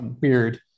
Weird